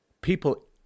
people